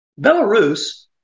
Belarus